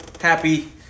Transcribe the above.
happy